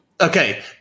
okay